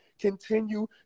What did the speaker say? continue